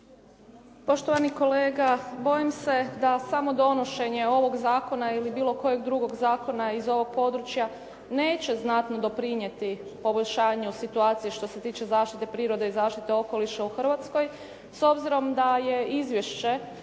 Poštovani kolega bojim se da samo donošenje ovog zakona ili bilo kojeg drugog zakona iz ovog područja neće znatno doprinijeti poboljšanju situacije što se tiče zaštite prirode i zaštite okoliša u Hrvatskoj s obzirom da je izvješće